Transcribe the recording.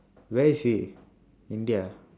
where is he india ah